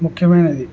ముఖ్యమైనది